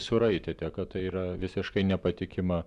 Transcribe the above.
suraitėte kad tai yra visiškai nepatikima